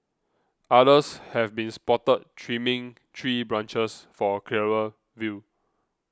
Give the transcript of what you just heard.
others have been spotted trimming tree branches for a clearer view